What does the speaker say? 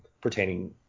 pertaining